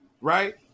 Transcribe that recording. right